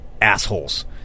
assholes